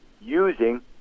using